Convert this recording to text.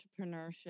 entrepreneurship